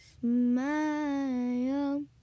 smile